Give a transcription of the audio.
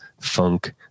funk